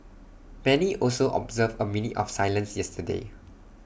many also observed A minute of silence yesterday